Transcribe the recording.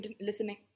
listening